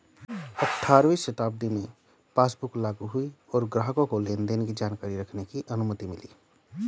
अठारहवीं शताब्दी में पासबुक लागु हुई और ग्राहकों को लेनदेन की जानकारी रखने की अनुमति मिली